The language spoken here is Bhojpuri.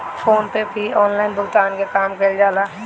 फ़ोन पे पअ भी ऑनलाइन भुगतान के काम कईल जाला